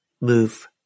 move